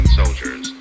soldiers